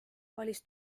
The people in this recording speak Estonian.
valis